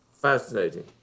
Fascinating